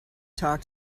talk